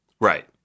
Right